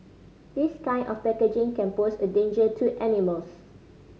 this kind of packaging can pose a danger to animals